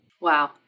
wow